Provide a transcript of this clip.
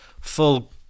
full